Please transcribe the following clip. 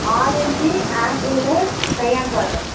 orange apple கொய்யாப்பழம்